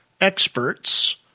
experts